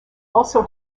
also